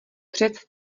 přec